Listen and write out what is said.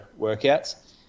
workouts